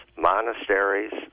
monasteries